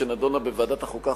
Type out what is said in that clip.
שנדונה בוועדת החוקה,